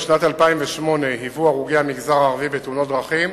בשנת 2008 היו הרוגי המגזר הערבי בתאונות דרכים